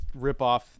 ripoff